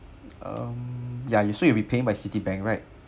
um yeah you so you'll be paying by Citibank right